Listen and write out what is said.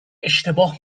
اشتباه